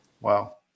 Wow